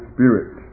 Spirit